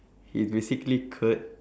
he is basically curt